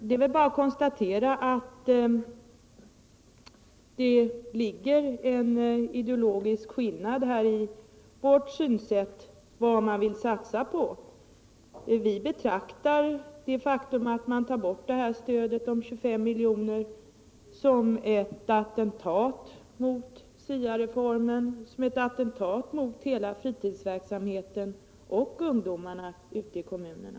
Det är väl bara att konstatera att det finns en ideologisk skillnad i vårt synsätt när det gäller vad man vill satsa på. Att man tar bort stödet på 25 milj.kr. betraktar vi som ett attentat mot STA reformen, mot hela friudsverksamheten och mot ungdomarna ute i kommunerna.